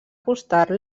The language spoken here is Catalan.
costar